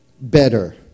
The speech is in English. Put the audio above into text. better